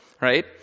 right